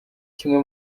kimwe